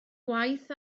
gwaith